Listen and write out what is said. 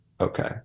okay